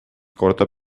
korda